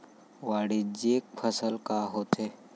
वाणिज्यिक फसल का होथे?